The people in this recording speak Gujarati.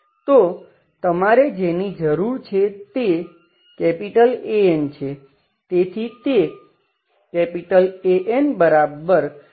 તો તમારે જેની જરૂર છે તે An છે